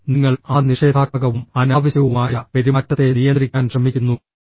അപ്പോൾ നിങ്ങൾ ആ നിഷേധാത്മകവും അനാവശ്യവുമായ പെരുമാറ്റത്തെ നിയന്ത്രിക്കാൻ ശ്രമിക്കുന്നു